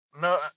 no